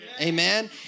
Amen